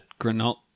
granola